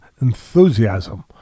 Enthusiasm